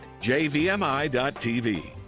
jvmi.tv